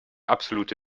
absolute